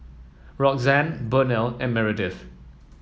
Roxanne Burnell and Meredith